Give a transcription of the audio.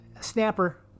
Snapper